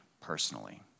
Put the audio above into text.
personally